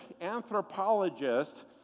anthropologist